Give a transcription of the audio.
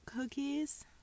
cookies